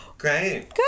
Great